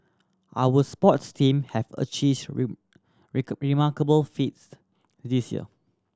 our sports team have achieved remarkable feats this year